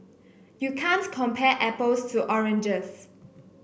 you can't compare apples to oranges